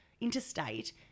interstate